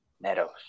Meadows